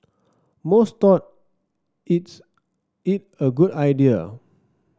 most thought it's it a good idea